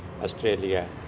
Australia